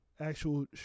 actual